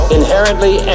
inherently